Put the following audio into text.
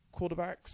quarterbacks